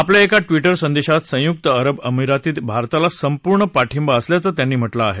आपल्या एका ट्विट संदेशात संयुक्त अरब अमिरातीचा भारताला संपूर्ण पाठिंबा असल्याचं त्यांनी म्हटलं आहे